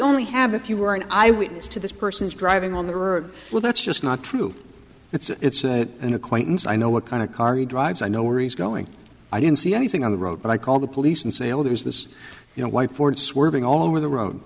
only have if you were an eyewitness to this person's driving on the er well that's just not true it's a an acquaintance i know what kind of car you drive i know where he's going i didn't see anything on the road but i called the police and sailors this you know white ford swerving all over the road